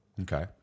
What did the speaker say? Okay